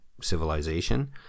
civilization